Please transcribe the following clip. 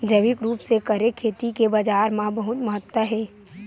जैविक रूप से करे खेती के बाजार मा बहुत महत्ता हे